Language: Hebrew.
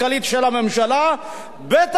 בטח לא את הנושאים החברתיים.